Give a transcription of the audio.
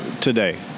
today